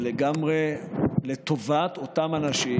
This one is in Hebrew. ולגמרי לטובת אותם אנשים,